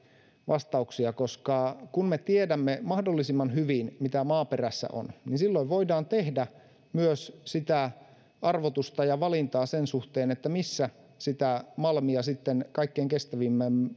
vastauksia koska kun me tiedämme mahdollisimman hyvin mitä maaperässä on silloin voidaan tehdä myös arvotusta ja valintaa sen suhteen missä malmia kaikkein kestävimmällä